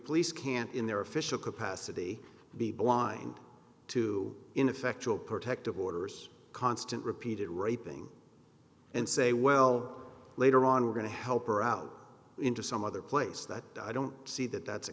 police can't in their official capacity be blind to ineffectual protective orders constant repeated raping and say well later on we're going to help her out into some other place that i don't see that that's a